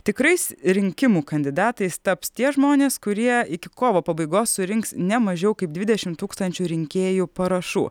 tikrais rinkimų kandidatais taps tie žmonės kurie iki kovo pabaigos surinks ne mažiau kaip dvidešimt tūkstančių rinkėjų parašų